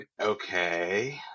Okay